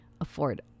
afford